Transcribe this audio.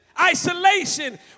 isolation